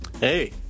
Hey